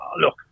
Look